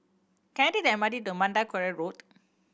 can I take the M R T to Mandai Quarry Road